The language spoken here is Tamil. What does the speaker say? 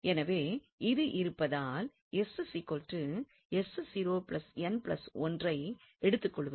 எனவே இது இருப்பதால் ஐ எடுத்துக் கொள்கிறோம்